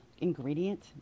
ingredient